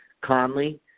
Conley